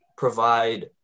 provide